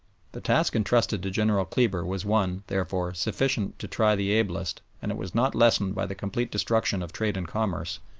the task entrusted to general kleber was one, therefore, sufficient to try the ablest, and it was not lessened by the complete destruction of trade and commerce,